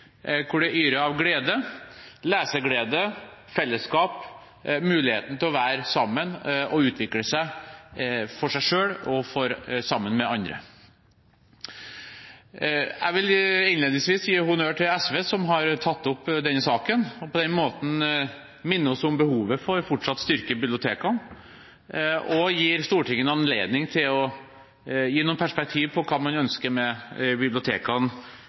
det yrer av glede – leseglede, fellesskap, muligheten til å være sammen og utvikle seg for seg selv og sammen med andre. Jeg vil innledningsvis gi honnør til SV, som har tatt opp denne saken og på den måten minner oss om behovet for fortsatt å styrke bibliotekene, og gir Stortinget en anledning til å gi noen perspektiver på hva man ønsker med bibliotekene